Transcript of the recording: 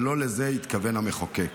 ולא לזה התכוון המחוקק.